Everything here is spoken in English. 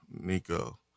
Nico